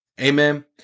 Amen